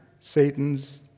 Satan's